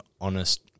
honest